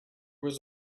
was